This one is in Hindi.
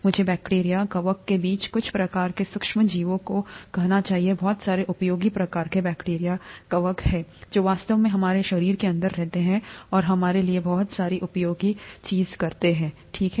मुझे बैक्टीरिया कवक के बीच कुछ प्रकार के सूक्ष्म जीवों को कहना चाहिए बहुत सारे उपयोगी प्रकार के बैक्टीरिया कवक हैं जो वास्तव में हमारे शरीर के अंदर रहते हैं और हमारे लिए बहुत सारी उपयोगी चीजें करते हैं ठीक है